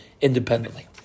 independently